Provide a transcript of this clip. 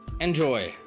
Enjoy